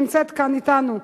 שנמצאת כאן אתנו,